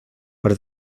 per